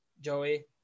Joey